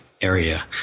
area